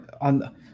on